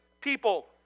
people